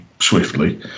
swiftly